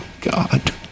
God